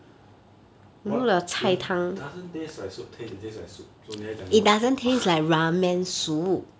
what the doesn't taste like soup taste it taste like soup so 你在讲什么